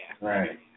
Right